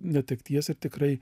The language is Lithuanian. netekties ir tikrai